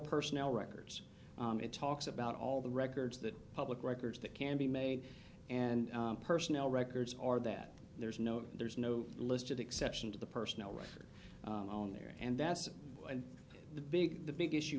personnel records it talks about all the records that public records that can be made and personnel records are that there's no there's no list of exception to the personal record on there and that's the big the big issue